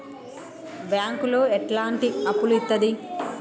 బ్యాంకులు ఎట్లాంటి అప్పులు ఇత్తది?